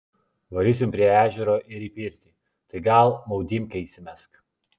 varysim prie ežero ir į pirtį tai gal maudymkę įsimesk